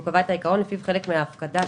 הוא קבע את העיקרון שלפיו חלק מן ההפקדה,